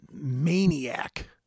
maniac